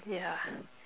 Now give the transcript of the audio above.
yeah